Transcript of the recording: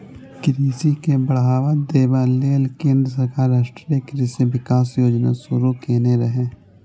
कृषि के बढ़ावा देबा लेल केंद्र सरकार राष्ट्रीय कृषि विकास योजना शुरू केने रहै